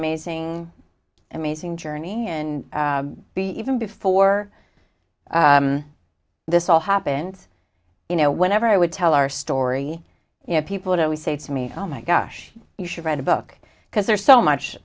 amazing amazing journey and be even before this all happened you know whenever i would tell our story you know people to always say to me oh my gosh you should write a book because there's so much